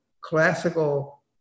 classical